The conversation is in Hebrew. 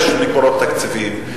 יש מקורות תקציביים,